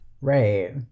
Right